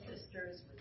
sisters